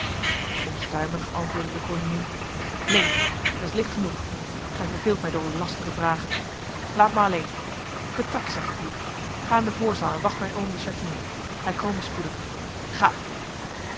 onstuimig antwoordde de koningin neen er is licht genoeg gij verveelt mij door uw lastige vragen laat mij alleen vertrek zeg ik u ga in de voorzaal en wacht mijn oom de chatillon hij kome spoedig ga